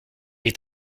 est